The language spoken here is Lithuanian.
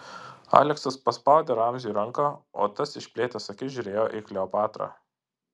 aleksas paspaudė ramziui ranką o tas išplėtęs akis žiūrėjo į kleopatrą